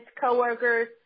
coworkers